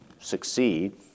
succeed